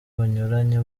bunyuranye